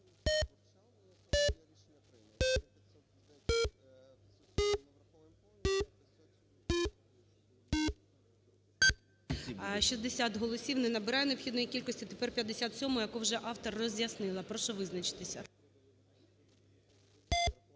60 голосів. Не набирає необхідної кількості. Тепер 57-а, яку вже автор роз'яснила. Прошу визначитися.